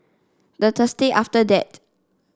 the Thursday after that